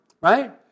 right